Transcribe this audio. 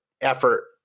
effort